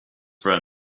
friend